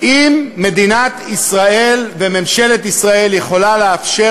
אם מדינת ישראל וממשלת ישראל יכולות לאפשר